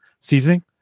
seasoning